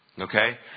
okay